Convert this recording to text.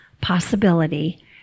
possibility